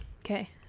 Okay